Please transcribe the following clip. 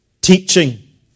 teaching